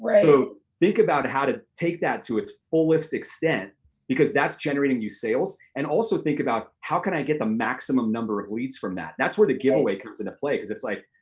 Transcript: think about how to take that to its fullest extent because that's generating you sales, and also think about how can i get the maximum number of leads from that? that's where the giveaway comes into play is it's like,